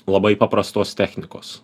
labai paprastos technikos